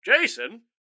Jason